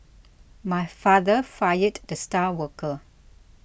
my father fired the star worker